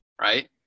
Right